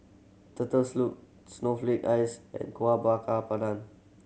turtle snowflake ice and Kueh Bakar Pandan